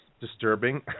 disturbing